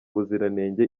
ubuziranenge